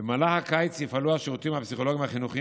במהלך הקיץ יפעלו השירותים הפסיכולוגיים-החינוכיים